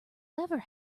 never